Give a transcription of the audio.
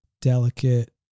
delicate